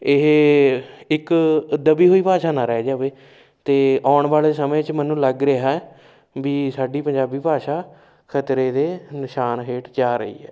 ਇਹ ਇੱਕ ਦਬੀ ਹੋਈ ਭਾਸ਼ਾ ਨਾ ਰਹਿ ਜਾਵੇ ਅਤੇ ਆਉਣ ਵਾਲੇ ਸਮੇਂ 'ਚ ਮੈਨੂੰ ਲੱਗ ਰਿਹਾ ਵੀ ਸਾਡੀ ਪੰਜਾਬੀ ਭਾਸ਼ਾ ਖਤਰੇ ਦੇ ਨਿਸ਼ਾਨ ਹੇਠ ਜਾ ਰਹੀ ਹੈ